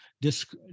disc